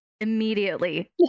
immediately